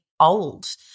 old